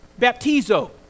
Baptizo